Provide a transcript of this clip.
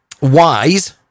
Wise